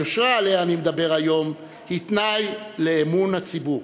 היושרה שעליה אני מדבר היום היא תנאי לאמון הציבור,